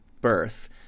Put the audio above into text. birth